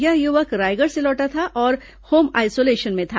यह युवक रायगढ़ से लौटा था और होम आइसोलेशन में था